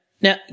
Now